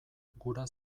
gura